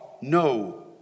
no